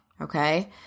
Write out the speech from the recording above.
Okay